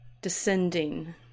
descending